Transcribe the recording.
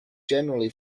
generally